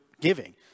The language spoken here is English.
giving